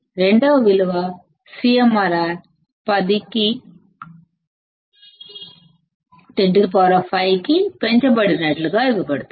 రెండవ విలువ CMRR 105 ఇవ్వబడింది